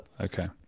okay